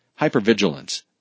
hypervigilance